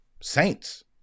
Saints